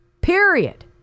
Period